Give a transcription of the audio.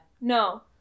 No